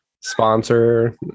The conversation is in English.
sponsor